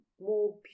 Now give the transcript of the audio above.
more